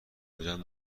میرم